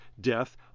death